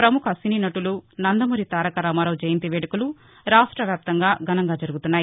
పముఖ సినీనటులు నందమూరి తారకరామారావు జయంతి వేడుకలు రాష్టవ్యాప్తంగా ఘనంగా జరుగుతున్నాయి